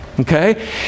Okay